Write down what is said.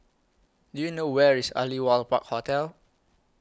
Do YOU know Where IS Aliwal Park Hotel